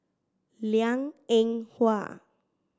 Liang Eng Hwa